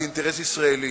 זה אינטרס ישראלי.